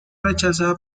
rechazada